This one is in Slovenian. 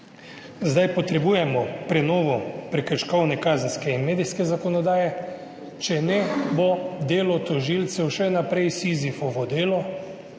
Zdaj potrebujemo prenovo prekrškovne, kazenske in medijske zakonodaje, če ne, bo delo tožilcev še naprej Sizifovo delo,